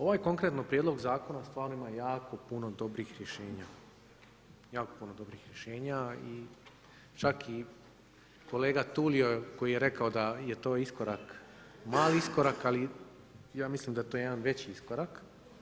Ovaj konkretno prijedlog Zakona stvarno ima jako puno dobrih rješenja i čak kolega Tulio koji je rekao da je to iskorak, mali iskorak, ali ja mislim da je to jedan veći iskorak.